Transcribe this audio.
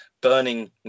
burning